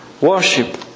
worship